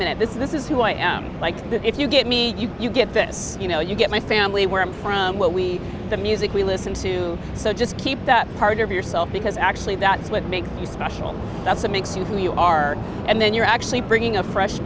minute this is this is who i am like if you get me you get this you know you get my family where i'm from what we the music we listen to so just keep that part of yourself because actually that's what makes you special that's what makes you who you are and then you're actually bringing a fresh